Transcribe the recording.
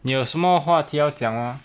你有什么话题要讲吗